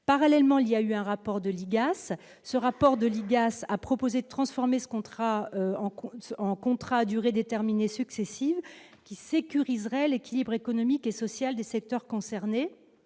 parallèlement il y a eu un rapport de l'IGAS, ce rapport de l'IGAS a proposé de transformer ce contrat en cours, en contrat à durée déterminée successives qui sécurisent réel équilibre économique et social des secteurs concernés,